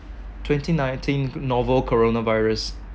twenty nineteen novel coronavirus